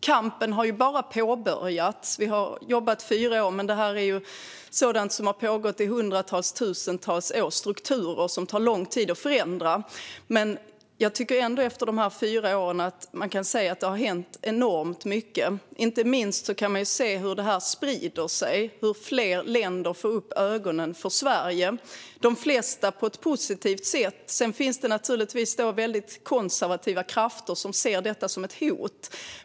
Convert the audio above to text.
Kampen har bara påbörjats. Vi har jobbat i fyra år. Men detta är sådant som har pågått i hundratals eller tusentals år, alltså strukturer som tar lång tid att förändra. Jag tycker ändå, efter dessa fyra år, att man kan se att det har hänt enormt mycket. Inte minst kan man se hur detta sprider sig och hur fler länder får upp ögonen för Sverige, de flesta på ett positivt sätt. Sedan finns det naturligtvis många konservativa krafter som ser detta som ett hot.